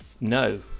No